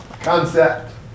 concept